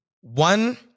One